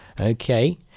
Okay